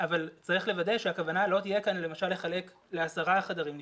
צריך לוודא שהכוונה לא תהיה כאן למשל לחלק לעשרה חדרים נפרדים.